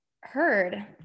heard